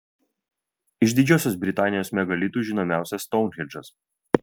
iš didžiosios britanijos megalitų žinomiausias stounhendžas